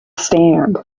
stand